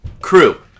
crew